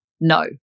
No